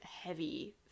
heavy